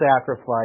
sacrifice